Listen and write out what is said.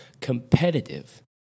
competitive